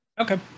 okay